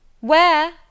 Where